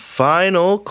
final